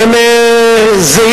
הם באים